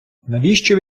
навіщо